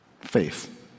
Faith